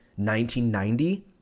1990